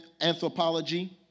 anthropology